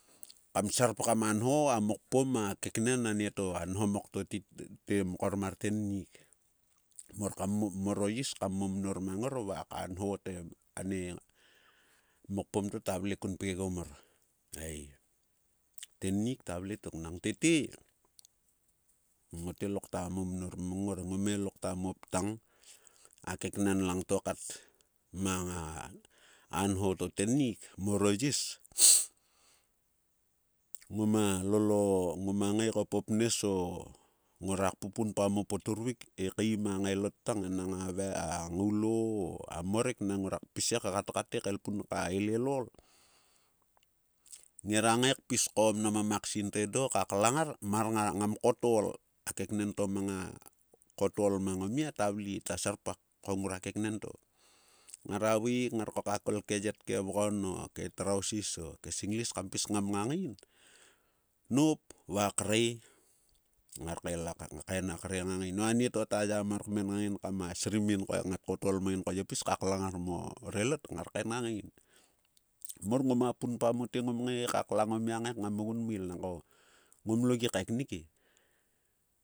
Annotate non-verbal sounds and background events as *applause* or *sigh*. Kam serpgam anho. a mokpom. a keknen. anieto. a nho mok to mkor mar tennik. *unintelligible* mor oyis kam mo mnor mang ngor va ka nho te ane mokpom to ta vle kun pgegom mor. Eii. tennik ta vle tok nang tete. ngote lokta momor mangngor. ngome lokta moptang. a keknen langto kat. mang a-a nho to tennik. mor o yis *noise* ngoma ngae ko po pnes o. ngorak pu punpa mo poturvik. ekaim a ngaelot tang enang a a ngoulo o omorek nang ngorak pis e gatgat e kaelpun ka elelol. ngera ngae kpis ko mnam a maksin to edo ka klang ngar. mar ngam kaotol. A keknen to mang a kaotol mang o mia ta vle. ta serpak ko ngrua keknen to ngara vaeik. ngar kokakol ke yet ke vgon o. ke trausis o ke singlis kam pis kngam ngana ngain noup. va akre. Ngar kaen ngang ngain o anieto to ya mar kmen ngang kam asrim in ko ngat kotol mang ngain ko ye pis ka klang ngar mo relot. ngar kaen ngang ngain. Mor ngoma punpa mote. ngom ngae ka klang omia ngae kngam ogun mail. nangko ngom lo gi kaeknik e.